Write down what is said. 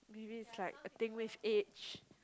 maybe it's like a thing with age